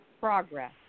progress